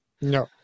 No